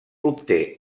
obté